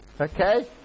Okay